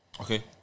Okay